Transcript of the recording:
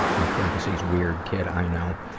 in parenthesis weird kid i know,